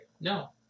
No